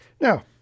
Now